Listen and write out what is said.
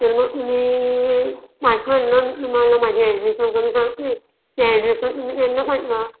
तर मग मी पाठवाल ना तुम्हाला माझे ॲड्रेस वगैरे पाठवेन त्या ॲड्रेसवर तुम्ही त्यांना पाठवा